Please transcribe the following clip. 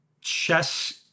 chess